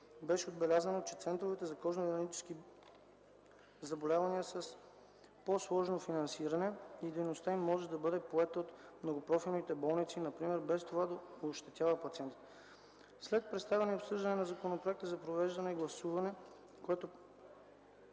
Беше отбелязано, че центровете за кожно-венерически заболявания са с по-сложно финансиране и дейността им може да бъде поета от многопрофилните болници, например, без това да ощетява пациентите. След представяне и обсъждане на законопроекта се проведе гласуване, което